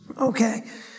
Okay